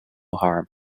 harm